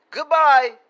Goodbye